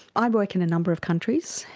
i work in a number of countries,